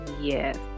Yes